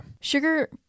sugar